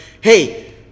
hey